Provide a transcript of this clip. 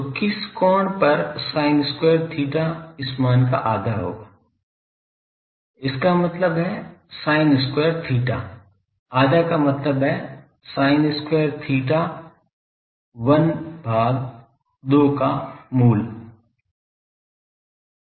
तो किस कोण पर sin square theta इस मान का आधा होगा इसका मतलब है sin square theta आधा का मतलब है sin theta 1 भाग 2 का मूल से